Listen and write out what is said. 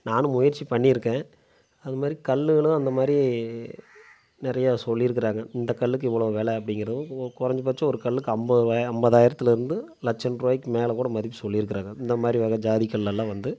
நானும் முயற்சி பண்ணியிருக்கேன் அது மாதிரி கல்களும் அந்த மாதிரி நெறையா சொல்லிருக்கிறாங்க இந்த கல்லுக்கு இவ்வளோ வெலை அப்படிங்கிறது ஒரு கொறைஞ்சபட்சம் ஒரு கல்லுக்கு ஐம்பது ரூபாயா ஐம்பதாயிரத்துலருந்து லட்சம் ரூபாய்க்கு மேலேக்கூட மதிப்பு சொல்லிருக்கிறாங்க இந்த மாதிரி வர ஜாதி கல்லெல்லாம் வந்து